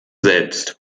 selbst